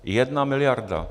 Jedna miliarda.